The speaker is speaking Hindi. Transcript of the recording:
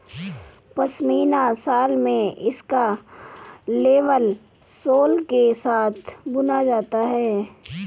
पश्मीना शॉल में इसका लेबल सोल के साथ बुना जाता है